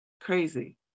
Crazy